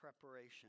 preparation